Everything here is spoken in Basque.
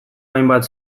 hainbat